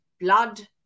blood